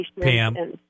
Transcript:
Pam